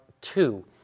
two